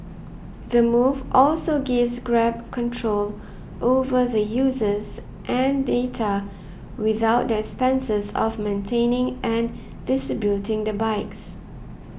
the move also gives Grab control over the users and data without the expenses of maintaining and distributing the bikes